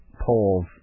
polls